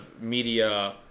media